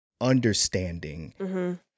understanding